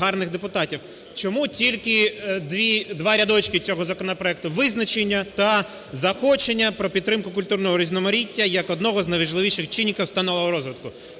гарних депутатів. Чому тільки два рядочки цього законопроекту: визначення та заохочення про підтримку культурного різноманіття як одного з найважливіших чинників сталого розвитку?